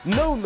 no